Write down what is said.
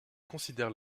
considèrent